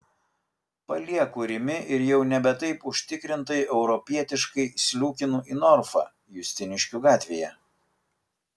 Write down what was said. palieku rimi ir jau nebe taip užtikrintai europietiškai sliūkinu į norfą justiniškių gatvėje